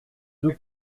deux